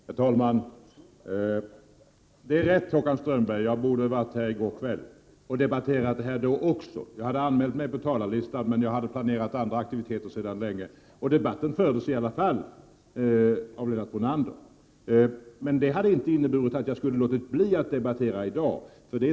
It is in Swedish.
Herr talman! Det är riktigt, Håkan Strömberg, att jag borde ha varit här i går kväll och debatterat dessa frågor också då. Jag hade anmält mig på talarlistan, men andra, sedan länge planerade aktiviteter lade hinder i vägen. Debatten fördes i stället av Lennart Brunander. Men ett deltagande i debatten i går skulle inte ha inneburit att jag hade låtit bli att diskutera i dag.